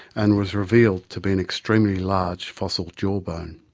and was revealed to be an extremely large fossil jaw bone.